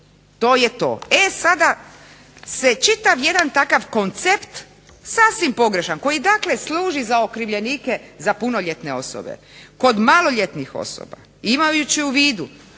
To je to. E sada se čitav jedan takav koncept sasvim pogrešan koji dakle služi za okrivljenike za punoljetne osobe. Kod maloljetnih osoba imajući u vidu